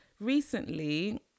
recently